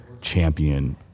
champion